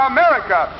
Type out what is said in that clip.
America